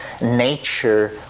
nature